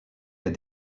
est